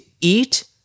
eat